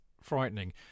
frightening